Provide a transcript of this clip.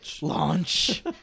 Launch